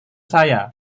saya